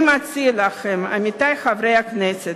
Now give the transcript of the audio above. אני מציעה לכם, עמיתי חבר הכנסת,